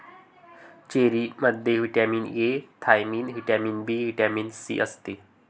चेरीमध्ये vitamin A, thiamine, vitamin B, vitamin C असते